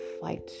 fight